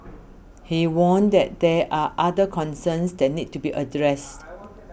he warned that there are other concerns that need to be addressed